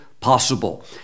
possible